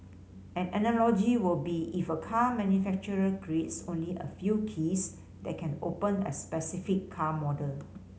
an analogy will be if a car manufacturer creates only a few keys that can open a specific car model